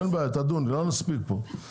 אין בעיה, תדון, לא נספיק פה.